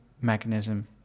mechanism